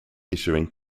issuing